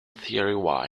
theory